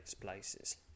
places